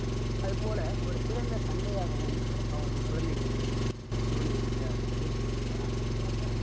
அது போல் ஒரு சிறந்த தந்தையாகவும் அவர்கள் குழந்தைகளுக்கு தோனி இருக்கிறார் என்பதில் மாற்று கருத்து கிடையாது